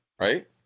right